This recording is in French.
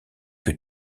que